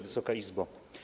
Wysoka Izbo!